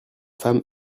femme